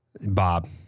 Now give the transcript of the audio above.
Bob